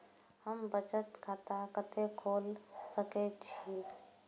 हम बचत खाता कते खोल सके छी?